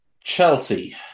Chelsea